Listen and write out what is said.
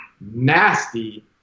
nasty